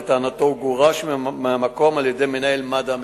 אך לטענתו הוא גורש מהמקום על-ידי מנהל מד"א המקומי.